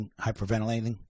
hyperventilating